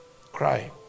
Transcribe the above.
Cry